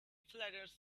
flatters